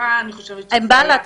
התעסוקה --- ענבל, את